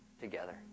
together